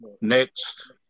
Next